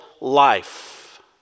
life